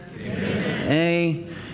amen